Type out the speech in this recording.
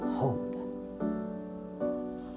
hope